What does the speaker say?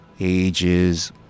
ages